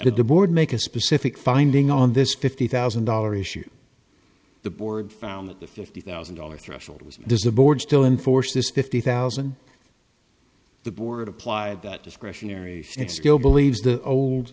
the board make a specific finding on this fifty thousand dollar issue the board found that the fifty thousand dollars threshold was there's a board still in force this fifty thousand the board applied that discretionary and still believes the old